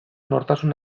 nortasun